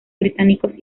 británicos